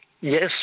Yes